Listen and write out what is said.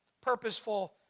purposeful